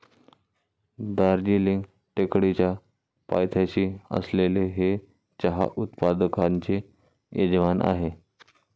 दार्जिलिंग टेकडीच्या पायथ्याशी असलेले हे चहा उत्पादकांचे यजमान आहे